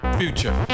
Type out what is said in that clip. future